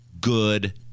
good